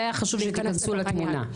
לי היה חשוב שתכנסו לתמונה.